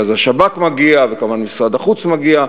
אז השב"כ מגיע וכמובן משרד החוץ מגיע,